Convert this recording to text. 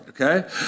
okay